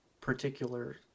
particular